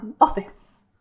office